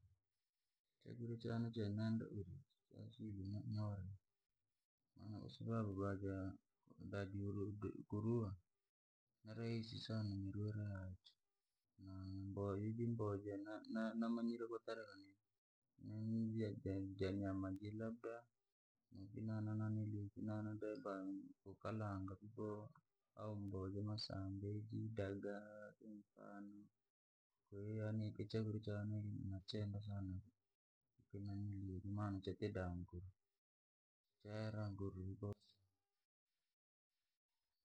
Chakurya chane cheneenda uryani wari, kwasababu gwaja jakurua, nirahisi sana nirole iji, mboa iji mboa jena namanyire kutereka janyama vi labda, hangi dankakalanga vi aumboa. Au mboga ja masambi, ji dagaa ikiria yani, kwaiyo yani chakurya chane nacheenda sana, maana chatite da nguru.